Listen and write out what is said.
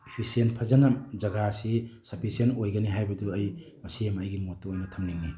efficient ꯐꯖꯅ ꯖꯒꯥꯁꯤ sufficient ꯑꯣꯏꯒꯅꯤ ꯍꯥꯏꯕꯗꯨ ꯑꯩ ꯃꯁꯤ ꯑꯃ ꯑꯩꯒꯤ ꯃꯣꯠꯇ ꯑꯣꯏꯅ ꯊꯝꯅꯤꯡꯏ